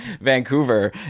Vancouver